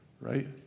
right